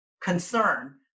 concern